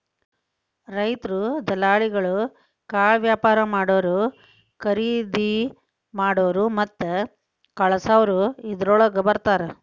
ರೈತ್ರು, ದಲಾಲಿಗಳು, ಕಾಳವ್ಯಾಪಾರಾ ಮಾಡಾವ್ರು, ಕರಿದಿಮಾಡಾವ್ರು ಮತ್ತ ಕಳಸಾವ್ರು ಇದ್ರೋಳಗ ಬರ್ತಾರ